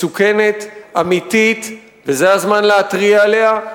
מסוכנת, אמיתית, וזה הזמן להתריע עליה.